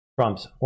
Trump's